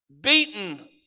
beaten